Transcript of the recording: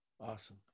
Awesome